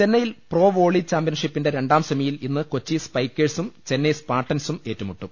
ചെന്നൈയിൽ pro volley ചാമ്പ്യൻഷിപ്പിന്റെ രണ്ടാം സെമി യിൽ ഇന്ന് കൊച്ചി സ്പൈക്കേഴ്സും ചെന്നൈ സ്പാർട്ടൻസും ഏറ്റുമുട്ടും